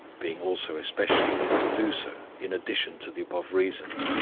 being also especially led to do so, in addition to the above reasons,